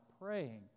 praying